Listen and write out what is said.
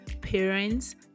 parents